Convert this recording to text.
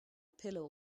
pillow